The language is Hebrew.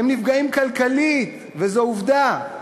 הם נפגעים כלכלית, וזו עובדה.